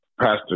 Pastor